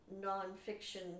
non-fiction